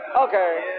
Okay